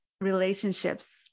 relationships